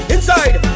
Inside